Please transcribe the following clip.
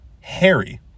Harry